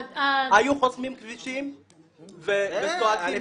היו חוסמים כבישים וזועקים.